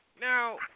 Now